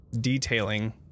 detailing